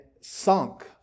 sunk